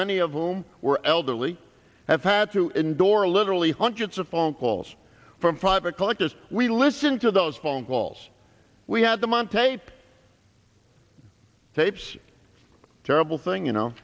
y of whom were elderly have had to endure literally hundreds of phone calls from private collectors we listen to those phone calls we had them on tape tapes terrible thing you know